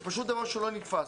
זה פשוט דבר שלא נתפס.